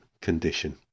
condition